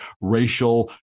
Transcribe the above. racial